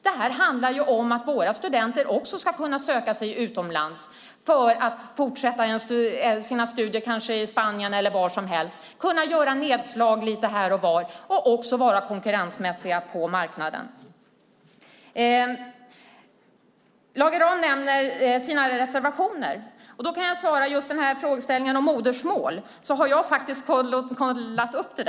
Det här handlar om att våra studenter också ska kunna söka sig utomlands för att fortsätta sina studier i Spanien eller var som helst och kunna göra nedslag lite här och var och också kunna vara konkurrensmässiga på marknaden. Lage Rahm nämner sina reservationer. Jag kan svara att när det gäller frågeställningen om modersmål har jag kollat upp den.